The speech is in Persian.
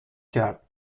کرد